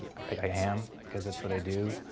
i am because that's what i do